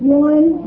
one